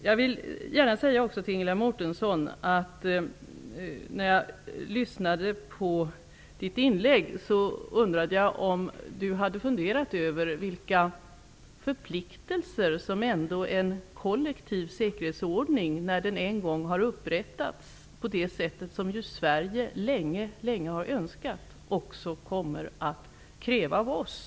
När jag lyssnade på Ingela Mårtenssons inlägg undrade jag om hon hade funderat över vilka förpliktelser som en kollektiv säkerhetsordning -- när den en gång har upprättats på det sättet som ju Sverige länge har önskat -- kommer att kräva av oss.